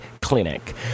clinic